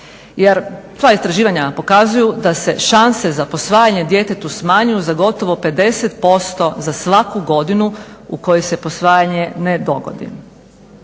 Jer sva istraživanja pokazuju da se šanse za posvajanjem djetetu smanjuju za gotovo 50% za svaku godinu u kojoj se posvajanje ne dogodi.